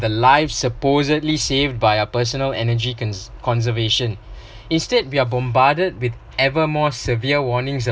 the life supposedly save by our personal energy con~ conservation instead we are bombarded with ever more severe warnings